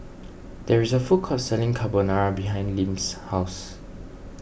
there is a food court selling Carbonara behind Lim's house